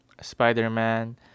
spider-man